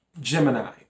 Gemini